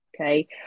okay